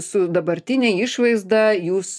su dabartine išvaizda jūs